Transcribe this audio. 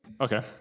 Okay